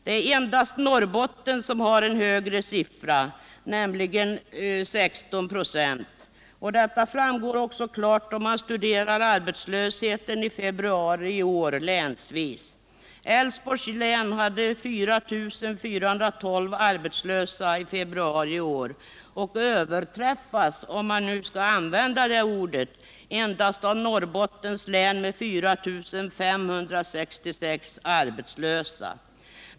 Det är endast Norrbotten som har en högre siffra, nämligen 16 96. Detta framgår också klart om man studerar arbetslösheten i februari i år länsvis. Älvsborgs län hade 4 412 arbetslösa i februari i år och överträffas — om man nu skall använda detta ord — endast av Norrbottens län med 4 566 arbetslösa.